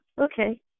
okay